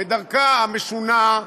בדרכה המשונה,